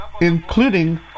including